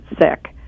sick